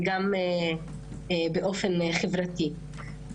וגם באופן חברתי.